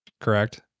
Correct